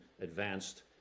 advanced